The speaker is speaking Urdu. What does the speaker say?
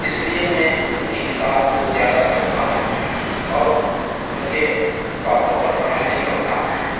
اس لیے میں ان کی کتاب کو زیادہ پڑھتا ہوں اور ان کے باتوں پر عمل بھی کرتا ہوں